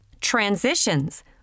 Transitions